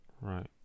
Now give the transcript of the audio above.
Right